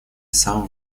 сам